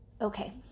Okay